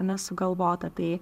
ne sugalvota tai